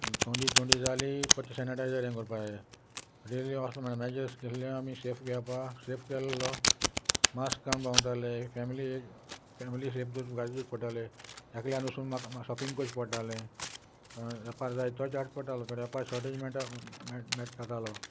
थोंडी थोंडी जाली पत्त सेनिटायजर हे कोरप जाय रेल्वे वस म्हण मॅजर्स केल्ले आमी सेफ घेवपा सेफ केल्लो मास्क घान्न भोंताले फॅमिली फॅमिली सेफ गाडीजूच पडटाले एकल्यान वसून म्हाका शॉपिंगकूच पडटालें येपार जाय तो शोटेज पडटालो येपार शार्टेज मेळटा जातालो